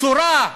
צורה,